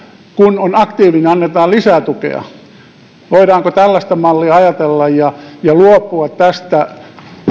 kun on aktiivinen annetaan lisää tukea voidaanko tällaista mallia ajatella ja ja luopua tästä